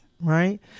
Right